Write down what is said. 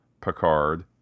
picard